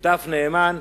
שותף נאמן,